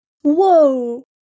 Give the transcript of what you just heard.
Whoa